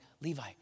Levi